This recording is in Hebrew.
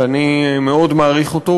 שאני מאוד מעריך אותו,